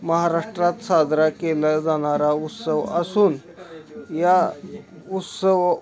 महाराष्ट्रात साजरा केला जाणारा उत्सव असून या उत्सव